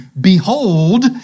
Behold